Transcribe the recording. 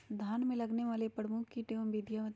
धान में लगने वाले प्रमुख कीट एवं विधियां बताएं?